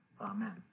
Amen